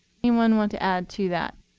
anyone want to add to that?